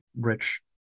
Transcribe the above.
rich